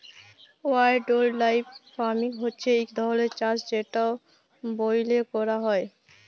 wildlife farming হছে ইক ধরলের চাষ যেট ব্যইলে ক্যরা হ্যয়